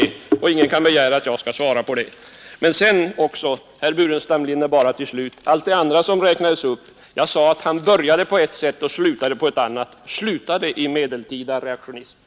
Ingen kan väl begära att jag skall svara på den frågan. Beträffande det övriga som räknades upp sade jag att herr Burenstam Linder började på ett sätt och slutade på ett annat — han slutade i det medeltida reaktionära.